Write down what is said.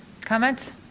comments